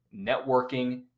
networking